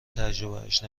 تجربهاش